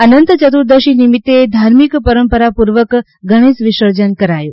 અનંત ચતુદર્શી નિમિતે ધાર્મિક પરંપરાપૂર્વક ગણેશ વિસર્જન કરાયું